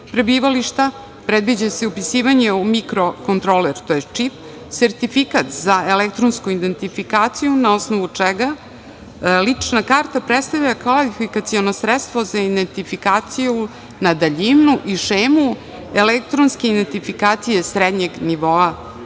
prebivališta, predviđa se i upisivanje u mikrokontroler tj. čip, sertifikat za elektronsku identifikaciju na osnovu čega lična karta predstavlja kvalifikaciono sredstvo za identifikaciju na daljinu i šemu, elektronski identifikacije srednjeg nivoa